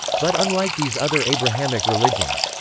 but unlike these other abrahamic religions,